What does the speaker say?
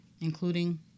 including